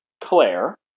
Claire